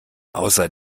außer